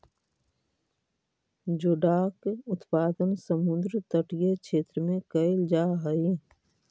जोडाक उत्पादन समुद्र तटीय क्षेत्र में कैल जा हइ